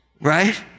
Right